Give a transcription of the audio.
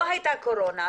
לא הייתה קורונה,